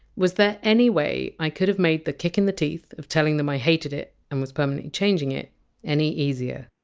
was there any way i could have made the kick in the teeth of telling them i hated it and was permanently changing it any easier!